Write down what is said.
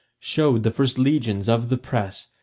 showed the first legions of the press,